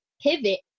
pivot